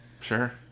sure